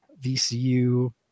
vcu